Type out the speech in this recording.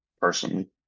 personally